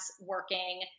working